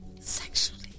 sexually